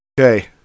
Okay